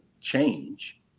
change